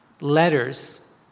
letters